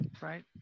right